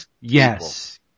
yes